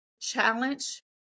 challenge